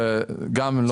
זה גם לא נכון.